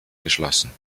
geschlossen